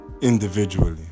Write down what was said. Individually